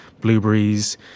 blueberries